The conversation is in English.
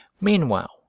Meanwhile